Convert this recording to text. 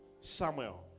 Samuel